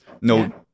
no